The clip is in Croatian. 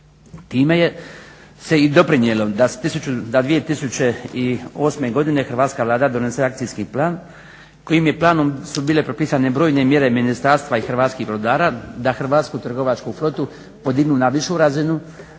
Time se je i doprinijelo da 2008. godine hrvatska Vlada donese akcijski plan kojim je planom su bile propisane brojne mjere ministarstva i hrvatskih brodara da hrvatsku trgovačku flotu podignu na višu razinu,